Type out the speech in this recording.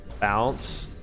Bounce